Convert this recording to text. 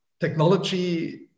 technology